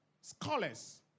scholars